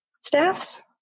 staffs